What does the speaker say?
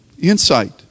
insight